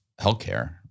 healthcare